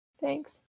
Thanks